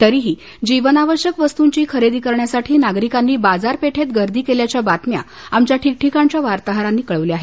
तरीही जीवनावश्यक वस्तूंची खरेदी करण्यासाठी नागरिकांनी बाजारपेठेत गर्दी केल्याघ्या बातम्या आमच्या ठीकठिकाणच्या वार्ताहरांनी कळवल्या आहेत